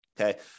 Okay